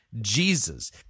Jesus